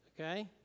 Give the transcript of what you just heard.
okay